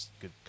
good